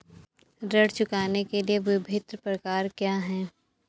ऋण चुकाने के विभिन्न प्रकार क्या हैं?